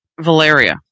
Valeria